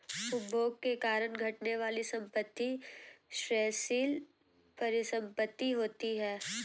उपभोग के कारण घटने वाली संपत्ति क्षयशील परिसंपत्ति होती हैं